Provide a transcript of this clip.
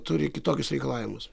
turi kitokius reikalavimus